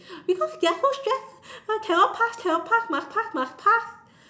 because they are so stressed cannot pass cannot pass must pass must pass